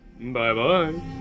Bye-bye